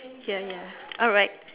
here here alright